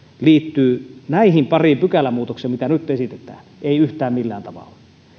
liittyy näihin pariin pykälämuutokseen mitä nyt esitetään ei yhtään millään tavalla